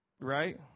Right